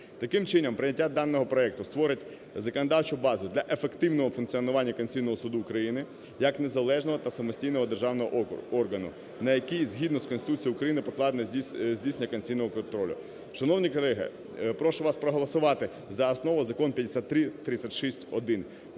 Таким чином, прийняття даного проекту створить законодавчу базу для ефективного функціонування Конституційного Суду України як незалежного та самостійного державного органу, на який, згідно з Конституцією України, покладено здійснення конституційного контролю. Шановні колеги, прошу вас проголосувати за основу закон 5336-1.